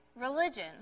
religion